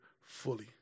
fully